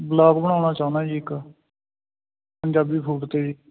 vlog ਬਣਾਉਣਾ ਚਾਹੁੰਦਾ ਜੀ ਇੱਕ ਪੰਜਾਬੀ ਫੂਡ 'ਤੇ